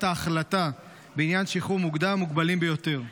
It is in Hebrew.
ההחלטה בעניין שחרור מוקדם מוגבלים ביותר.